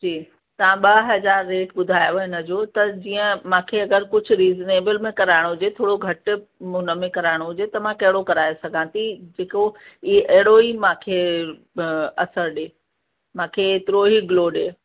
जी तां ॿ हज़ार रेट ॿुधायव हिन जो त जीअं मूंखे अगरि कुझु रीजनेबल में कराइणो हुजे थोरो घटि हुन में कराइणो हुजे त मां कहिड़ो कराए सघां थी हिकिड़ो ई अहिड़ो ई मूंखे असुर ॾिए मूंखे एतिरो ई ग्लो ॾिए